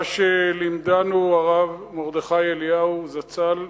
מה שלימדנו הרב מרדכי אליהו זצ"ל,